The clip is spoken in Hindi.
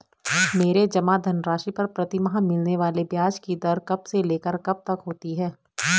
मेरे जमा धन राशि पर प्रतिमाह मिलने वाले ब्याज की दर कब से लेकर कब तक होती है?